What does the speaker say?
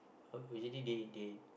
uh usually they they